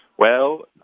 well,